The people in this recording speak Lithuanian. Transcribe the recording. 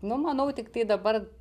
nu manau tiktai dabar